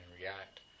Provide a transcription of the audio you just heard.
react